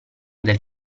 del